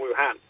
Wuhan